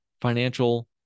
financial